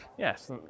Yes